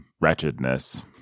wretchedness